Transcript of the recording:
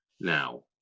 Now